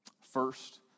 First